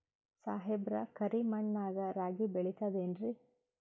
ಸಾಹೇಬ್ರ, ಕರಿ ಮಣ್ ನಾಗ ರಾಗಿ ಬೆಳಿತದೇನ್ರಿ?